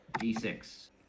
d6